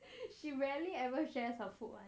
she rarely ever shares or food [one]